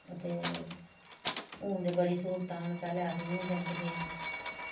ते हून ते बड़ियां स्हूलतां न पैह्लैं अस इ'यां जंदे हे